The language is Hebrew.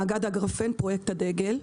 מאגד הגרפן פרויקט הדגל.